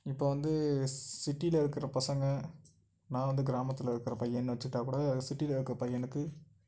இப்போ வந்து சிட்டியில் இருக்கிற பசங்கள் நான் வந்து கிராமத்தில் இருக்கிற பையன்னு வச்சுகிட்டா கூட சிட்டியில் இருக்கற பையனுக்கு